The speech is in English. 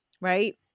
Right